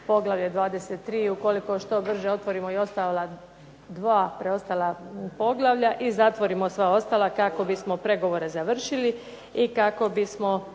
poglavlje 23., ukoliko što brže otvorimo i 2 preostala poglavlja i zatvorimo sva ostala kako bismo pregovore završili i kako bismo